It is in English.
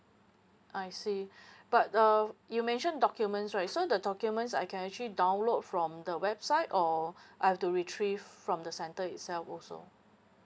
I see but uh you mention documents right so the documents I can actually download from the website or I've to retrieve from the centre itself also